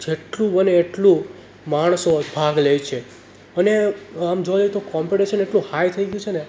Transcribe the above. જેટલું બને એટલું માણસો ભાગ લે છે અને આમ જોવા જઈએ તો કોમ્પિટિસન એટલું હાઈ થઈ ગયું છે ને